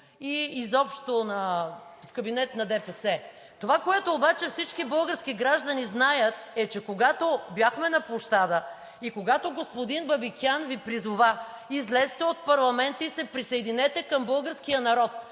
Трифонов, в кабинет на ДПС. Това, което обаче всички български граждани знаят, е, че когато бяхме на площада и когато господин Бабикян Ви призова: излезте от парламента и се присъединете към българския народ,